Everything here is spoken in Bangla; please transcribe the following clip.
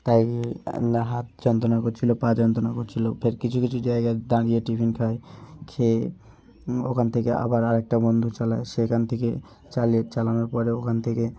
তাই হাত যন্তনা করছিল পা যন্ত্রনা করছিল ফের কিছু কিছু জায়গায় দাঁড়িয়ে টিফিন খাই খেয়ে ওখান থেকে আবার আর একটা বন্ধু চালায় সেখান থেকে চালিয়ে চালানোর পরে ওখান থেকে